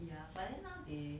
ya but then now they